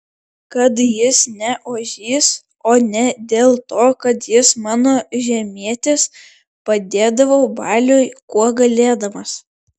kad jis ne ožys o ne dėl to kad jis mano žemietis padėdavau baliui kuo galėdamas